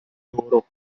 loro